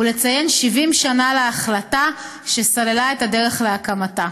ולציין 70 שנה להחלטה שסללה את הדרך להקמתה.